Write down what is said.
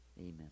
amen